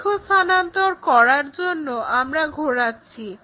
দৈর্ঘ্য স্থানান্তর করার জন্য আমরা ঘোরাচ্ছি